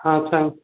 हां सांग